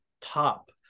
top